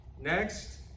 Next